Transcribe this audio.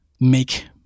make